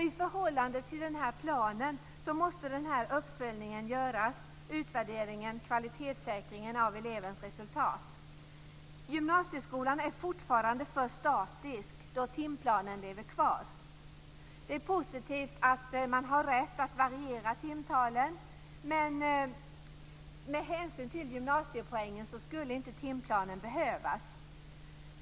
I förhållande till den här planen måste det göras en uppföljning, utvärdering och kvalitetssäkring av elevens resultat. Gymnasieskolan är fortfarande för statisk, då timplanen lever kvar. Det är positivt att man har rätt att variera timtalen. Men med hänsyn till gymnasiepoängen skulle timplanen inte behövas.